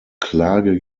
klage